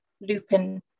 lupin